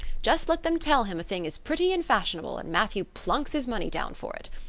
just let them tell him a thing is pretty and fashionable, and matthew plunks his money down for it.